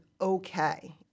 okay